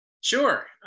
Sure